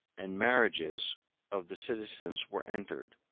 and marriages of the citizens were entered